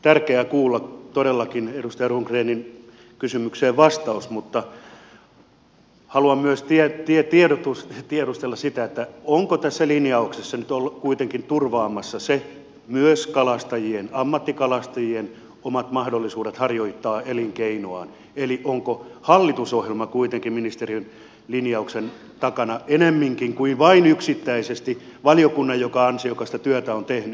tärkeää kuulla todellakin edustaja rundgrenin kysymykseen vastaus mutta haluan myös tiedustella sitä onko tässä linjauksessa nyt oltu kuitenkin turvaamassa myös kalastajien ammattikalastajien omia mahdollisuuksia harjoittaa elinkeinoaan eli onko ministeriön linjauksen takana ennemminkin hallitusohjelma kuitenkin kuin vain yksittäisesti valiokunta joka ansiokasta työtä on tehnyt